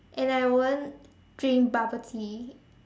and I won't drink bubble tea